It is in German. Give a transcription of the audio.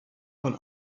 von